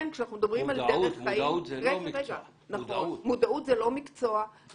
מודעות זה לא מקצוע.